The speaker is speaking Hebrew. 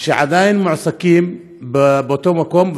שעדיין מועסקים באותו מקום,